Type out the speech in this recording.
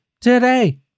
today